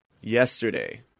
yesterday